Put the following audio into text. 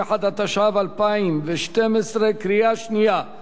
קריאה שנייה וקריאה שלישית,